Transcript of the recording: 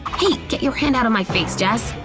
hey! get your hand out of my fave, jess!